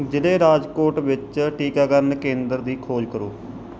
ਜ਼ਿਲ੍ਹੇ ਰਾਜਕੋਟ ਵਿੱਚ ਟੀਕਾਕਰਨ ਕੇਂਦਰ ਦੀ ਖੋਜ ਕਰੋ